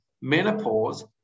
menopause